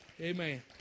Amen